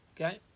Okay